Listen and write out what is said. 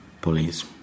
police